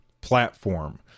platform